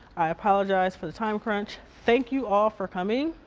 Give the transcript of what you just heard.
i apologize for the time crunch. thank you all for coming.